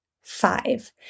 five